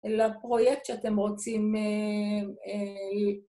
לפרויקט שאתם רוצים...